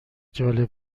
جالب